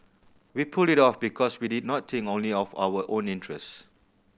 we pulled it off because we did not think only of our own interests